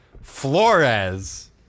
Flores